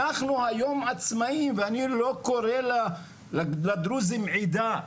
אנחנו היום עצמאים, ואני לא קורא לדרוזים עדה.